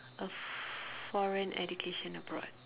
a foreign education abroad